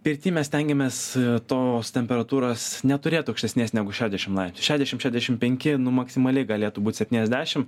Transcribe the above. pirty mes stengiamės tos temperatūros neturėt aukštesnės negu šešiadešim laips šešiadešim šešiadešim penki nu maksimaliai galėtų būti septyniasdešim